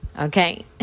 Okay